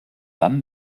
dann